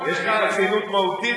יש לי חסינות מהותית,